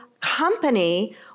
company